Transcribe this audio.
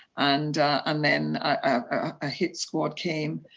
and and then a hit squad came